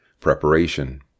Preparation